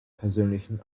persönlichen